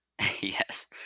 Yes